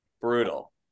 brutal